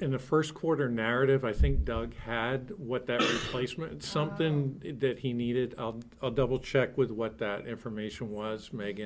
in the first quarter narrative i think doug had what their placement something that he needed a double check with what that information was mak